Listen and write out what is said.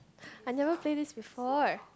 I never play this before